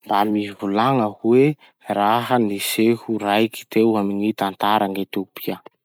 Mba mivolagna hoe raha-niseho raiky teo amy gny tantaran'i Etiopia?